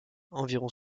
environ